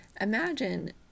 imagine